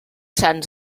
sants